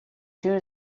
two